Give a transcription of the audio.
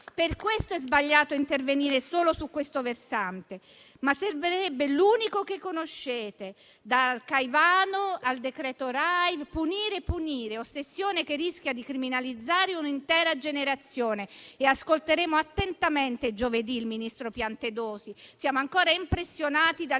Per questo è sbagliato intervenire solo su questo versante. Ma non servirebbe neanche l'unico che conoscete, dal decreto Caivano al decreto rave: punire e punire, ossessione che rischia di criminalizzare un'intera generazione. Ascolteremo attentamente giovedì il ministro Piantedosi, perché siamo ancora impressionati dalle